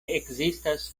ekzistas